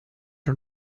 era